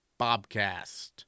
Bobcast